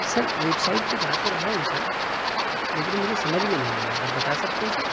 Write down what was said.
سر website پہ جا تو رہا ہوں سر لیکن مجھے سمجھ میں نہیں آ رہا ہے آپ بتا سکتے ہیں سر